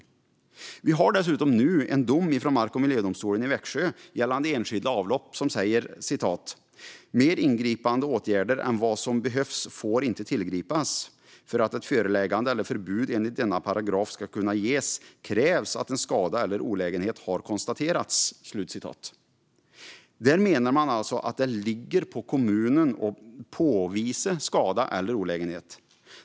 Det finns dessutom nu en dom från mark och miljödomstolen i Växjö gällande enskilda avlopp där det framgår att mer ingripande åtgärder än vad som behövs inte får tillgripas. Vidare framgår det att för att ett föreläggande eller ett förbud enligt denna paragraf ska kunna ges krävs att en skada eller olägenhet har konstaterats. Man menar alltså att det ligger på kommunen att påvisa skada eller olägenhet.